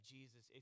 Jesus